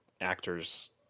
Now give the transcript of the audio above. actors